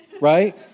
right